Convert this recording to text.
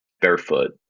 barefoot